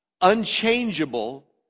unchangeable